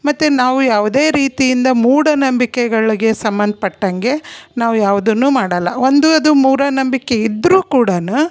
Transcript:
ಮತ್ತು ನಾವು ಯಾವುದೇ ರೀತಿಯಿಂದ ಮೂಢನಂಬಿಕೆಗಳಿಗೆ ಸಂಬಂಧಪಟ್ಟಂಗೆ ನಾವು ಯಾವುದನ್ನೂ ಮಾಡಲ್ಲ ಒಂದು ಅದು ಮೂಢನಂಬಿಕೆ ಇದ್ದರೂ ಕೂಡ